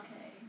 okay